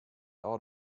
out